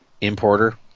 importer